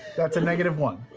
that's a negative one.